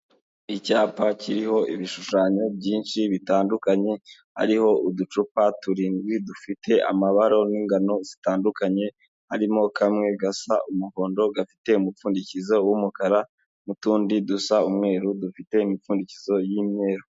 Icyapa kiriho ibishushanyo byinshi bitandukanye, hariho uducupa turindwi dufite amabara n'ingano zitandukanye, harimo kamwe gasa umuhondo gafite umupfundikizo w'umukara n'utundi dusa umweru dufite imipfundikizo y'imyeru.